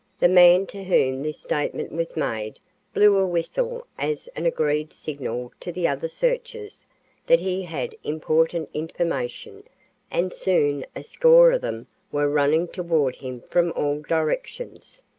the man to whom this statement was made blew a whistle as an agreed signal to the other searchers that he had important information and soon a score of them were running toward him from all directions.